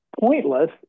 pointless